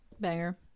Banger